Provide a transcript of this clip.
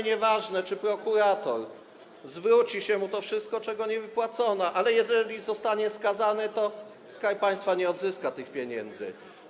nieważne, czy prokurator, zwróci się mu to wszystko, czego nie wypłacono, ale jeżeli zostanie skazany, to Skarb Państwa nie odzyska tych pieniędzy.